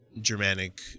Germanic